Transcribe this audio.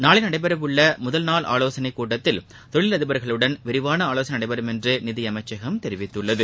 நாளை நடைபெற உள்ள முதல் நாள் ஆலோசனை கூட்டத்தில் தொழிலதிபர்களுடன் விரிவாள ஆலோசனை நடைபெறும் என்று நிதியமைச்சகம் தெரிவித்துள்ளது